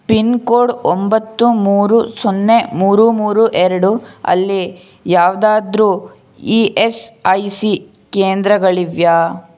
pin code ಒಂಬತ್ತು ಮೂರು ಸೊನ್ನೆ ಮೂರು ಮೂರು ಎರಡು ಅಲ್ಲಿ ಯಾವುದಾದ್ರು ಇ ಎಸ್ ಐ ಸಿ ಕೇಂದ್ರಗಳಿವೆಯಾ